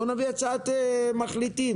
בוא נביא הצעת מחליטים.